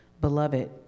Beloved